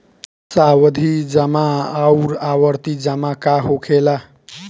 सावधि जमा आउर आवर्ती जमा का होखेला?